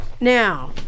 now